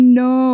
no